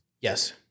Yes